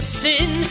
sin